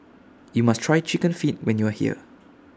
YOU must Try Chicken Feet when YOU Are here